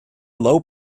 low